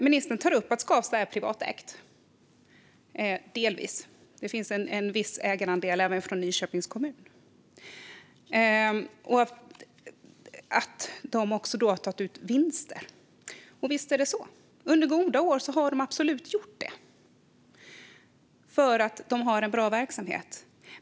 Ministern tar upp att Skavsta är privatägd - delvis; även Nyköpings kommun har en ägarandel - och att de har tagit ut vinster. Och visst är det så. Under goda år har de absolut gjort det därför att de har en bra verksamhet.